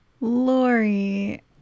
lori